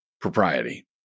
Propriety